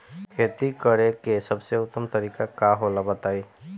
खेती करे के सबसे उत्तम तरीका का होला बताई?